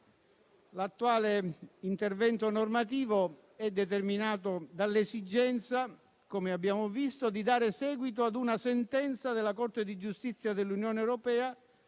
L'attuale intervento normativo è determinato dall'esigenza, come abbiamo visto, di dare seguito a una sentenza della Corte di giustizia dell'Unione europea